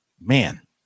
Man